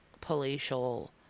palatial